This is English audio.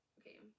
okay